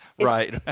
Right